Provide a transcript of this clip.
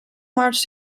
marched